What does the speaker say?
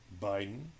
Biden